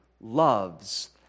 loves